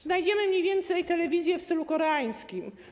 Znajdziemy mniej więcej telewizję w stylu koreańskim.